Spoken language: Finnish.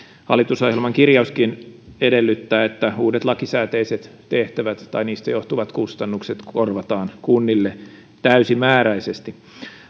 hallitusohjelman kirjauskin edellyttää että uudet lakisääteiset tehtävät tai niistä johtuvat kustannukset korvataan kunnille täysimääräisesti